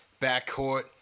backcourt